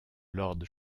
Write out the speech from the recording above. lord